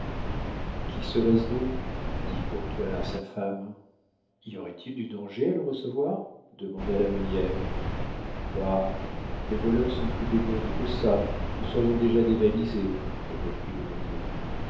qui serait-ce donc dit courtois à sa femme y aurait-il du danger à le recevoir demanda la meunière bah les voleurs sont plus dégourdis que ça nous serions déjà dévalisés reprit le meunier